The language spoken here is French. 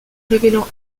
révélant